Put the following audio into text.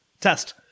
test